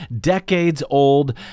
decades-old